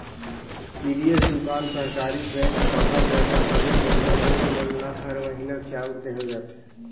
PDS दुकान सहकारी bank कहा जघा हवे जेम्हे लोग मन ल हर महिना चाँउर देहल जाथे